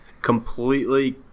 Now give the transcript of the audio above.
Completely